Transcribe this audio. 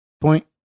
point